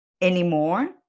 anymore